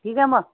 ठीक आहे मग